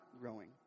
growing